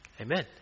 Amen